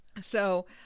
So-